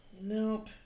Nope